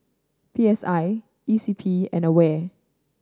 P S I E C P and AWARE